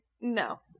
No